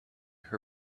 her